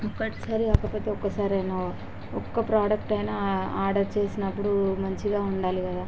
ఒక్కటేసారి కాకపోయినా ఒకసారైనా ఒక్క ప్రొడెక్టు అయినా ఆర్డర్ చేసినప్పుడు మంచిగా ఉండాలి కదా